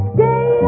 Stay